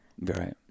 Right